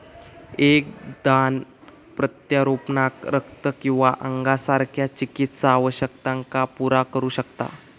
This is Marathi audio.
एक दान प्रत्यारोपणाक रक्त किंवा अंगासारख्या चिकित्सा आवश्यकतांका पुरा करू शकता